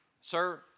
Sir